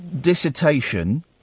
dissertation